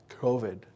COVID